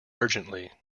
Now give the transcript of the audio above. urgently